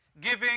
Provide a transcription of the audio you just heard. giving